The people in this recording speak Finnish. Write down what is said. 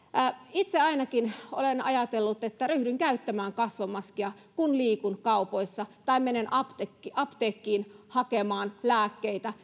itse ainakin olen ajatellut että ryhdyn käyttämään kasvomaskia kun liikun kaupoissa tai menen apteekkiin apteekkiin hakemaan lääkkeitä